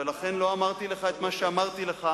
ולכן לא אמרתי את מה שאמרתי לך